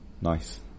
Nice